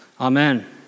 Amen